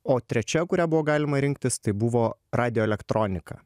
o trečia kurią buvo galima rinktis tai buvo radioelektronika